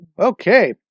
Okay